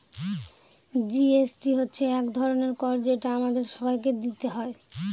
GST হচ্ছে এক ধরনের কর যেটা আমাদের সবাইকে দিতে হয়